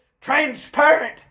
transparent